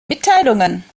mitteilungen